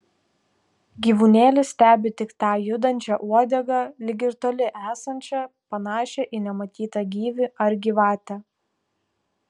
gyvūnėlis stebi tik tą judančią uodegą lyg ir toli esančią panašią į nematytą gyvį ar gyvatę